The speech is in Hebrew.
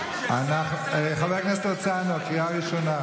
אולי במקום להתעסק באגו שלך,